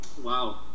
Wow